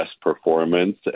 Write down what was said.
performance